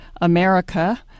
America